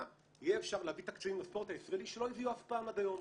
יהיה אפשר להביא תקציבים לספורט הישראלי שלא הביאו אף פעם עד היום.